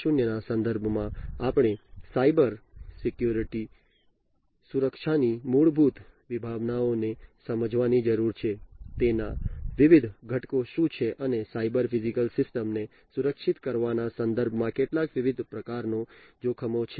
0 ના સંદર્ભમાં આપણે સાયબર સુરક્ષાની મૂળભૂત વિભાવનાઓને સમજવાની જરૂર છે તેના વિવિધ ઘટકો શું છે અને સાયબર ફિઝિકલ સિસ્ટમો ને સુરક્ષિત કરવાના સંદર્ભમાં કેટલાક વિવિધ પ્રકારના જોખમો છે